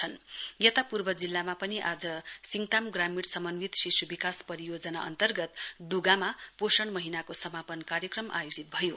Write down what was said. पोषण month additional यता पूर्व जिल्लामा पनि आज सिङताम ग्रामीण समन्वित शिशु विकास परियोजना अन्तर्गत डुगामा पनि पोषण महीनाको समापन कार्यक्रम आयोजित भयो